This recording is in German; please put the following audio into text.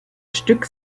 stück